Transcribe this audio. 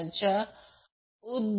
594 kVAr आहे